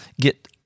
get